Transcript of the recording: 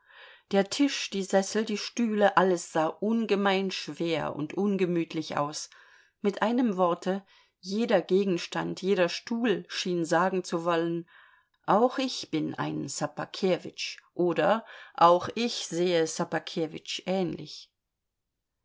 der tisch die sessel die stühle alles sah ungemein schwer und ungemütlich aus mit einem worte jeder gegenstand jeder stuhl schien sagen zu wollen auch ich bin ein ssobakewitsch oder auch ich sehe ssobakewitsch ähnlich